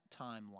timeline